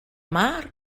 mar